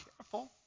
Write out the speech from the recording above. careful